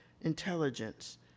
intelligence